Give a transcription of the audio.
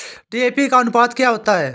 DAP का अनुपात क्या होता है?